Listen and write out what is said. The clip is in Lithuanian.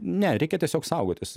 ne reikia tiesiog saugotis